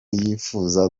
yifuza